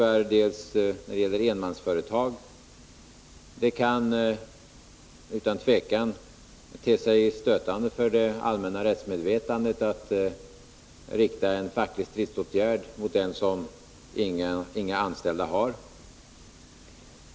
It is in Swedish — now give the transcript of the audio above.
Den ena gruppen är enmansföretag. Det kan utan tvivel te sig stötande för det allmänna rättsmedvetandet att rikta en facklig stridsåtgärd mot den som inga anställda har.